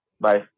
Bye